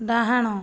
ଡାହାଣ